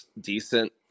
decent